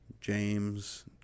James